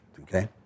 okay